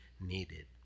needed